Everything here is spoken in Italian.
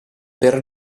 per